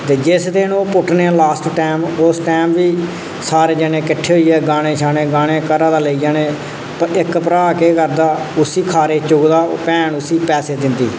जिस दिन ओह् पुट्टने लास्ट टाइम उस टाइम बी सारे जनें किट्ठे होइयै गाने शाने गाने इक भ्रा केह् करदा उसी चुकदा भैन उसी पैसे दिंदी